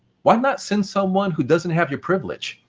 why not send someone who doesn't have your privilege?